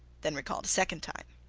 then recalled a second time.